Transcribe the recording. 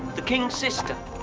the king's sister,